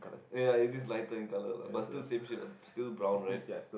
ya it is lighter in color lah but still same sheet still brown right